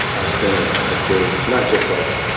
i've been a ah big, not just, like,